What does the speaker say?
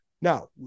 Now